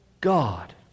God